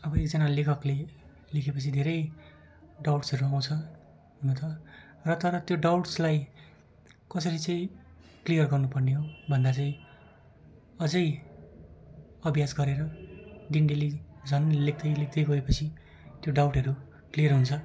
अब एकजना लेखकले लेखेपछि धेरै डाउट्सहरू आउँछ हुन त र तर त्यो डाउट्सलाई कसरी चाहिँ क्लियर गर्नुपर्ने हो भन्दा चाहिँ अझै अभ्यास गरेर दिन डेली झन् लेख्दै लेख्दै गएपछि त्यो डाउटहरू क्लियर हुन्छ